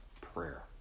prayer